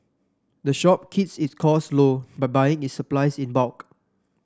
the shop keeps its cost low by buying its supplies in bulk